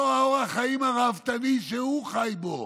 לא אורח החיים הראוותני שהוא חי בו.